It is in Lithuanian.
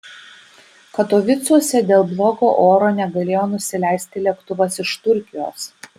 katovicuose dėl blogo oro negalėjo nusileisti lėktuvas iš turkijos